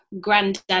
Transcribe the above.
Granddad